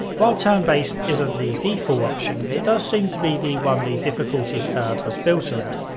while turn-based isn't the default option, it does seem to be the one the difficulty curve was built around.